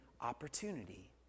opportunity